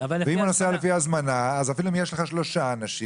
ואם הוא נוסע לפי הזמנה אפילו אם יש לך שלושה אנשים,